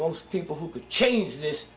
most people who could change this